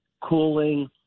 cooling